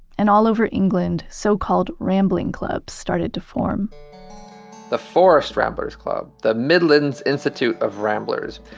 and all over england, so-called rambling clubs started to form the forest ramblers club, the midlands institute of ramblers,